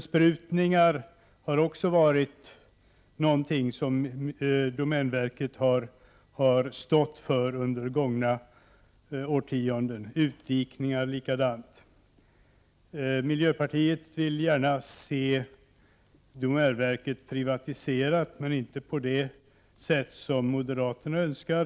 Domänverket har under gångna årtionden även ägnat sig åt besprutningar liksom åt utdikningar. Miljöpartiet vill gärna se domänverket privatiserat, men inte på det sätt som moderaterna önskar.